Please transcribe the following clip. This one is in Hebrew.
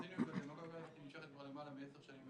הציניות והדמגוגיה נמשכת כבר למעלה מעשר שנים.